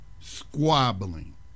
squabbling